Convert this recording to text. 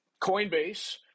Coinbase